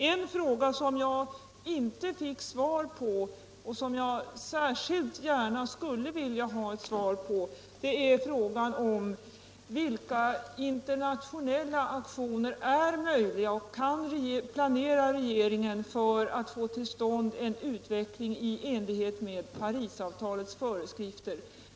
En fråga som jag inte fick svar på, men som jag särskilt gärna skulle vilja ha ett svar på, är: Vilka internationella aktioner planerar regeringen för att få till stånd en utveckling i enlighet med Parisavtalets föreskrifter?